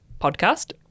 podcast